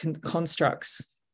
constructs